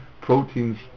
proteins